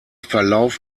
verlauf